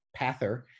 pather